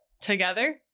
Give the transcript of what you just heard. Together